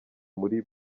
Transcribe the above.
muri